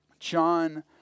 John